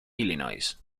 illinois